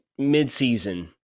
midseason